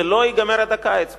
זה לא ייגמר עד הקיץ.